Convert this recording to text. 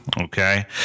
okay